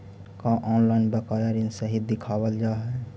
का ऑनलाइन बकाया ऋण सही दिखावाल जा हई